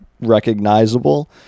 Recognizable